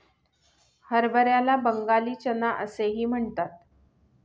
हरभऱ्याला बंगाली चना असेही म्हणतात